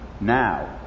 now